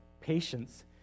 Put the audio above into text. patience